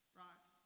right